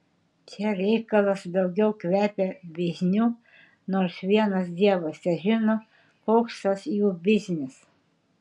čia reikalas daugiau kvepia bizniu nors vienas dievas težino koks tas jų biznis